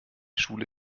schule